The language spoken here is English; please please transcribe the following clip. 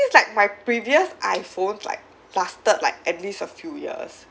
thing is like my previous I_phones like lasted like at least a few years